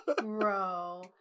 bro